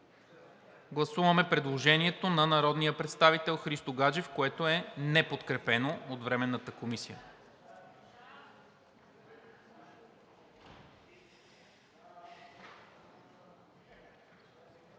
гласуваме предложението на народния представител Христо Гаджев, което е неподкрепено от Временната комисия.